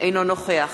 אינו נוכח